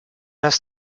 das